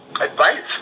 advice